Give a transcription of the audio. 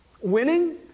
Winning